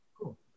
Cool